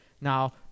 now